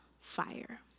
fire